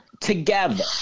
together